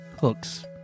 hooks